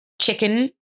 Chicken